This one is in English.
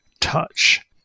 touch